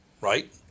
Right